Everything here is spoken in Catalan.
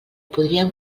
podríem